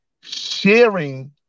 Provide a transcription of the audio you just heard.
sharing